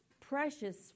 precious